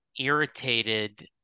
irritated